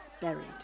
buried